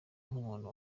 nk’umuntu